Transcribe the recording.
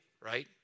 right